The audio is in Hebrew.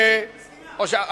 היא מסכימה.